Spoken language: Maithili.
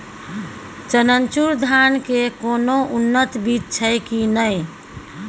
चननचूर धान के कोनो उन्नत बीज छै कि नय?